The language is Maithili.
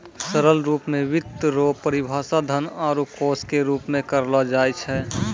सरल रूप मे वित्त रो परिभाषा धन आरू कोश के रूप मे करलो जाय छै